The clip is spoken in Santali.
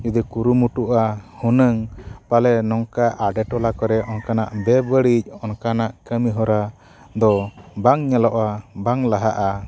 ᱡᱩᱫᱤ ᱠᱩᱨᱩᱢᱩᱴᱩᱜᱼᱟ ᱦᱩᱱᱟᱹᱝ ᱯᱟᱞᱮ ᱱᱚᱝᱠᱟ ᱟᱰᱮ ᱴᱚᱞᱟ ᱠᱚᱨᱮ ᱚᱱᱠᱟᱱᱟᱜ ᱵᱮᱼᱵᱟᱹᱲᱤᱡ ᱚᱱᱠᱟᱱᱟᱜ ᱠᱟᱹᱢᱤᱦᱚᱨᱟ ᱫᱚ ᱵᱟᱝ ᱧᱮᱞᱚᱜᱼᱟ ᱵᱟᱝ ᱞᱟᱦᱟᱜᱼᱟ